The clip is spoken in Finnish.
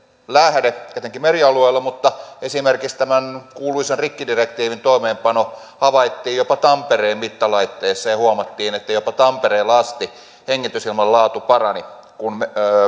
lähde etenkin merialueilla mutta esimerkiksi tämän kuuluisan rikkidirektiivin toimeenpano havaittiin jopa tampereen mittalaitteissa ja ja huomattiin että jopa tampereella asti hengitysilman laatu parani kun